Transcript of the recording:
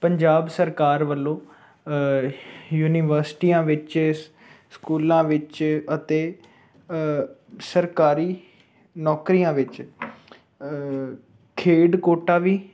ਪੰਜਾਬ ਸਰਕਾਰ ਵੱਲੋਂ ਯੂਨੀਵਰਸਿਟੀਆਂ ਵਿੱਚ ਸਕੂਲਾਂ ਵਿੱਚ ਅਤੇ ਸਰਕਾਰੀ ਨੌਕਰੀਆਂ ਵਿੱਚ ਖੇਡ ਕੋਟਾ ਵੀ